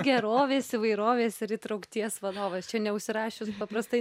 gerovės įvairovės ir įtraukties vadovas čia neužsirašius paprastai